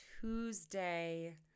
Tuesday